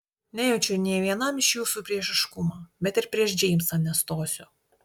nejaučiu nė vienam iš jūsų priešiškumo bet ir prieš džeimsą nestosiu